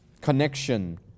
connection